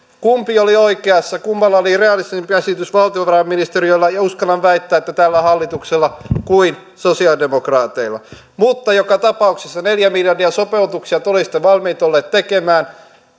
kumpi oli oikeassa kummalla oli realistisempi käsitys valtiovarainministeriöllä ja uskallan väittää että tällä hallituksella realistisempi kuin sosialidemokraateilla mutta joka tapauksessa neljä miljardia sopeutuksia te olisitte olleet valmiita tekemään